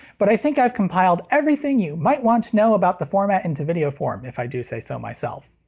but i think i've compiled everything you might want to know about the format into video form, if i do say so myself.